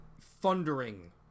thundering